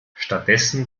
stattdessen